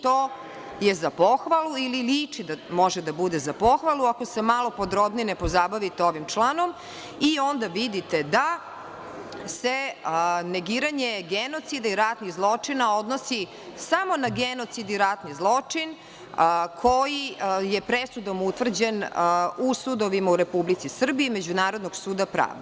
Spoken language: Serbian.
To je za pohvalu ili liči da može da bude za pohvalu, ako se malo podrobnije ne pozabavite ovim članom i onda vidite da se negiranje genocida i ratnih zločina odnosi samo na genocid i ratni zločin koji je presudom utvrđen u sudovima u Republici Srbiji Međunarodnog suda pravde.